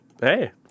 Hey